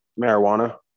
marijuana